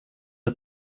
the